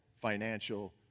financial